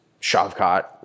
Shavkat